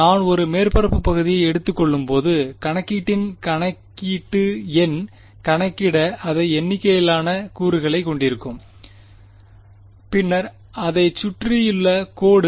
நான் ஒரு மேற்பரப்பு பகுதியை எடுத்துக் கொள்ளும்போது கணக்கீட்டின் கணக்கீட்டு எண் கணக்கிட அதிக எண்ணிக்கையிலான கூறுகளைக் கொண்டிருக்கும் பின்னர் அதைச் சுற்றியுள்ள கோடு